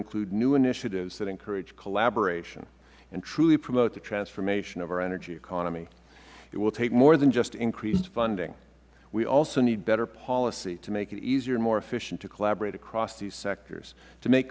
include new initiatives that encourage collaboration and truly promote the transformation of our energy economy it will take more than just increased funding we also need better policy to make it easier and more efficient to collaborate across these sectors to make